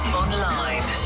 online